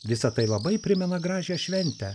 visa tai labai primena gražią šventę